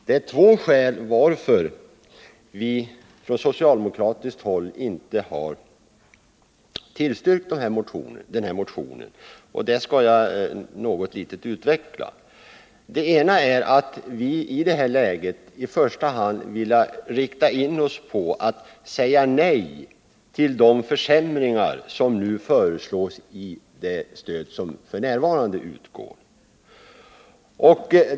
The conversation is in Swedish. Det är två skäl till att vi från socialdemokratiskt håll inte har tillstyrkt motionen, och jag skall något utveckla dem. Det ena skälet är att vi i detta läge i första hand ville rikta in oss på att säga nej till de försämringar som förslaget innebär.